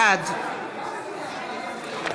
בעד